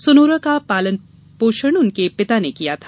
Sonora का पालन पोषण उनके पिता ने किया था